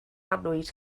annwyd